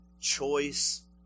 choice